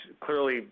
clearly